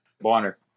Bonner